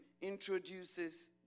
introduces